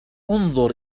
انظر